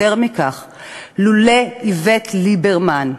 יותר מכך, לולא איווט ליברמן,